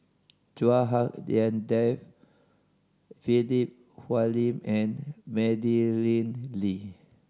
Chua Hak Lien Dave Philip Hoalim and Madeleine Lee